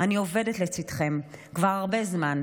אני עובדת לצידכם כבר הרבה זמן,